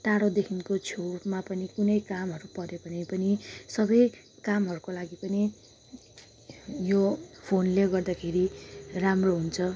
टाढोदेखिको छेउमा पनि कुनै कामहरू पऱ्यो भने पनि सबै कामहरूको लागि पनि यो फोनले गर्दाखेरि राम्रो हुन्छ